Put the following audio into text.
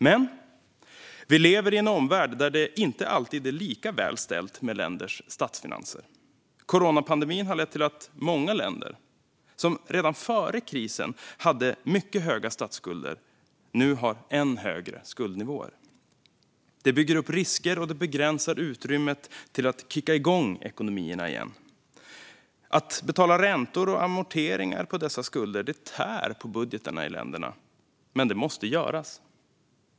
Men vi lever i en omvärld där det inte alltid är lika väl ställt med länders statsfinanser. Coronapandemin har lett till att många länder som redan före krisen hade mycket höga statsskulder nu har än högre skuldnivåer. Det bygger upp risker, och det begränsar utrymmet för att kicka igång ekonomierna igen. Att betala räntor och amorteringar på dessa skulder tär på budgetarna i länderna, men det måste göras.